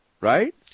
right